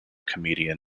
comedian